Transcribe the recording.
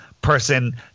person